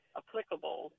applicable